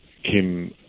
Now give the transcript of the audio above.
Kim